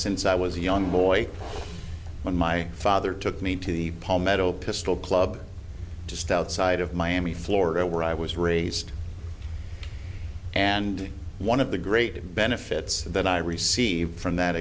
since i was a young boy when my father took me to the palmetto pistol club just outside of miami florida where i was raised and one of the great benefits that i received from that